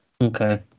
Okay